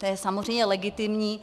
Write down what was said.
To je samozřejmě legitimní.